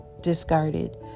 discarded